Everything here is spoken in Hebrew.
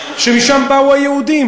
שמשם באו היהודים,